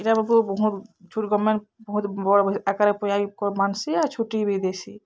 ଏଟା ମାନ୍କେ ବହୁତ୍ ବହୁତ୍ ଛୁଟି ଗଭର୍ଣ୍ଣ୍ମେଣ୍ଟ୍ ବହୁତ୍ ବଡ଼୍ ଆକାରେ ମାନ୍ସି ଆଉ ଛୁଟି ବି ଦେସି